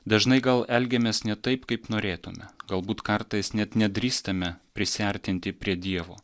dažnai gal elgiamės ne taip kaip norėtume galbūt kartais net nedrįstame prisiartinti prie dievo